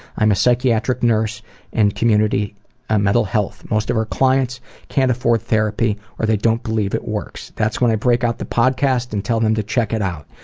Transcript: i'm a psychiatric nurse in and community ah mental health. most of our clients can't afford therapy or they don't believe it works. that's when i break out the podcast and tell them to check it out.